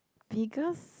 because